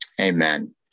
Amen